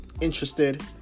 interested